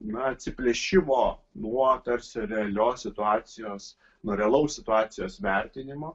na atsiplėšimo nuo tarsi realios situacijos nuo realaus situacijos vertinimo